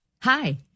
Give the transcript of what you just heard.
Hi